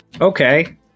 Okay